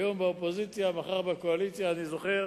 היום באופוזיציה, מחר בקואליציה, אני זוכר